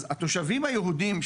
אז התושבים היהודים,